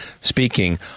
speaking